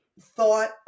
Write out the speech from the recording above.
thought